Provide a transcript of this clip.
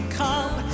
come